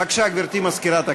בבקשה, גברתי מזכירת הכנסת.